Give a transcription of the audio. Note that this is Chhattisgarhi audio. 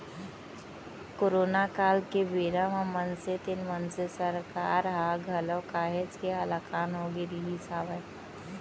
करोना काल के बेरा म मनसे तेन मनसे सरकार ह घलौ काहेच के हलाकान होगे रिहिस हवय